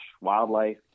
wildlife